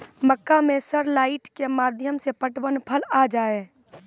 मक्का मैं सर लाइट के माध्यम से पटवन कल आ जाए?